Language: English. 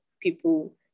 people